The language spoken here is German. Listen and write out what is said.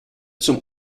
zum